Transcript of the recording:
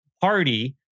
party